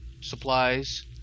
supplies